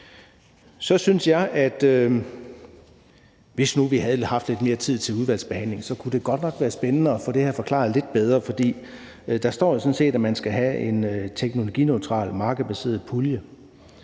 Så synes jeg, at hvis nu vi havde haft lidt mere tid til udvalgsbehandling, kunne det godt nok have været spændende at have fået det her forklaret lidt bedre. For der står jo sådan set, at man skal have en teknologineutral, markedsbaseret pulje,